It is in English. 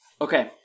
Okay